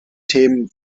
themen